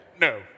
no